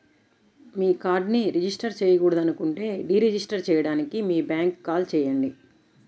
మీ కార్డ్ను రిజిస్టర్ చేయకూడదనుకుంటే deregister చేయడానికి మీ బ్యాంక్కు కాల్ చేయండి